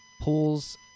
pools